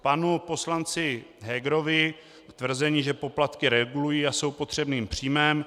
K panu poslanci Hegerovi, k tvrzení, že poplatky regulují a jsou potřebným příjmem.